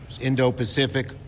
Indo-Pacific